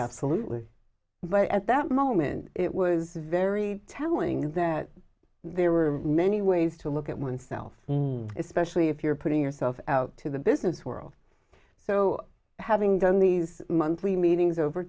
absolutely but at that moment it was very telling that there were many ways to look at oneself especially if you're putting yourself out to the business world so having done these monthly meetings over